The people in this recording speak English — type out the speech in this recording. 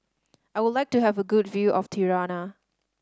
I would like to have a good view of Tirana